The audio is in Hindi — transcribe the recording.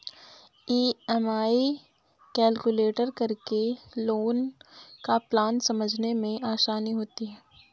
ई.एम.आई कैलकुलेट करके लोन का प्लान समझने में आसानी होती है